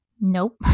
Nope